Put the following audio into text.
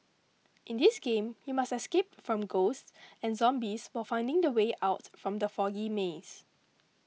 in this game you must escape from ghosts and zombies while finding the way out from the foggy maze